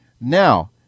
Now